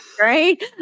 Right